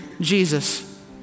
Jesus